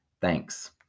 Thanks